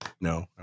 No